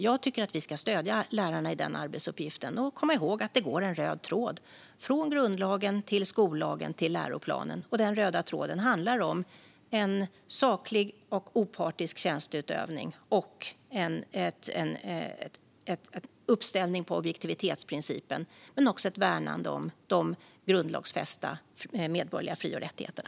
Jag tycker att vi ska stödja lärarna i den arbetsuppgiften och komma ihåg att det går en röd tråd från grundlagen till skollagen till läroplanen. Den röda tråden handlar om en saklig och opartisk tjänsteutövning och om att ställa upp på objektivitetsprincipen, men också om ett värnande av de grundlagsfästa medborgerliga fri och rättigheterna.